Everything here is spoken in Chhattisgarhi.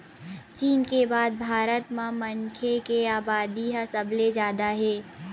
चीन के बाद भारत म मनखे के अबादी ह सबले जादा हे